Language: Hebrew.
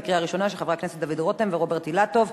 של חבר הכנסת דוד רותם ורוברט אילטוב,